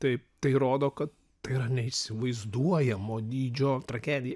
taip tai rodo kad tai yra neįsivaizduojamo dydžio tragedija